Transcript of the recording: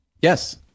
Yes